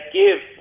give